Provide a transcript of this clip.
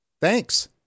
thanks